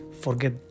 forget